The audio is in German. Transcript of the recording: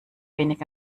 wenig